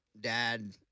dad